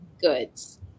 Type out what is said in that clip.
goods